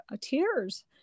tears